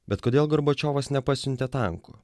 bet kodėl gorbačiovas nepasiuntė tankų